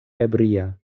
ebria